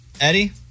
Eddie